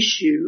issue